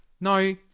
no